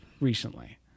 recently